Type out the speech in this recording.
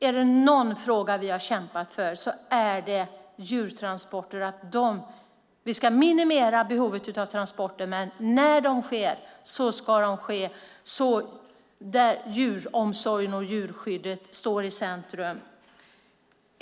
Är det någon fråga vi har kämpat för är det att minimera behovet av djurtransporter, men när de sker ska de ske på ett sätt så att djuromsorgen och djurskyddet står i centrum. Herr talman!